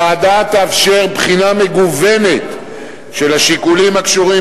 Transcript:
הוועדה תאפשר בחינה מגוונת של השיקולים הקשורים